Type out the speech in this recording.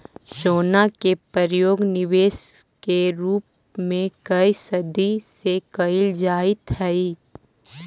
सोना के प्रयोग निवेश के रूप में कए सदी से कईल जाइत हई